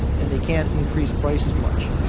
and they can't increase prices much,